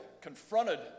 confronted